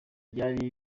byari